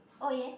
oh ya